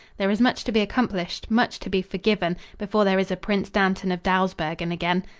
there is much to be accomplished, much to be forgiven, before there is a prince dantan of dawsbergen again.